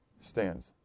Stands